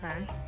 Okay